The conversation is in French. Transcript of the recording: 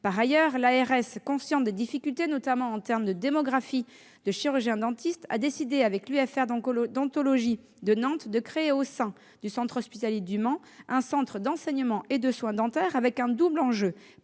Par ailleurs, l'ARS, consciente des difficultés, notamment en termes de démographie de chirurgiens-dentistes, a décidé avec l'UFR d'odontologie de Nantes, de créer au sein du centre hospitalier du Mans un centre d'enseignement et de soins dentaires avec un double enjeu,